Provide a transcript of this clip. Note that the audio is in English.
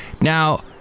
Now